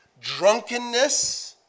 drunkenness